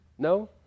No